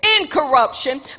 incorruption